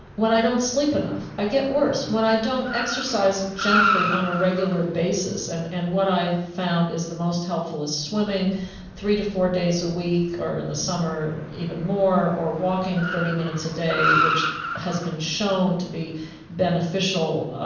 when i don't sleep enough, i get worse when i don't exercise gently on a regular basis, and and what i've found is the most helpful is swimming three to four days a week or in the summer even more, or walking thirty minutes a day, which has been shown to be beneficial